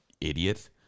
idiot